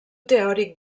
teòric